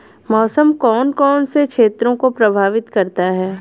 मौसम कौन कौन से क्षेत्रों को प्रभावित करता है?